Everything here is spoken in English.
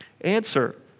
Answer